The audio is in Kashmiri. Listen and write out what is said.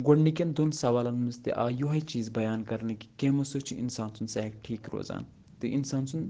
گۄڈٕنِکٮ۪ن دۄن سوالَن منٛز تہِ آے یِہوٚے چیٖز بیان کرنہٕ کہِ گیمو سۭتۍ چھِ اِنسان سُنٛد صحت ٹھیٖک روزان تہٕ اِنسان سُنٛد